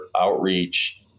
Outreach